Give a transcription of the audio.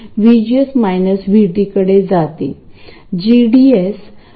तर drain feedback वापरणाऱ्या common source amplifier ची संपूर्ण आकृती मी इथे दर्शवित आहे